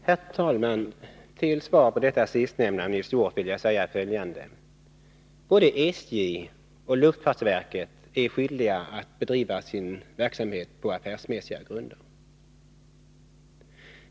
Herr talman! Som svar på det som Nils Hjorth sist sade vill jag anföra följande. Både SJ och luftfartsverket är skyldiga att bedriva sin verksamhet på affärsmässiga grunder.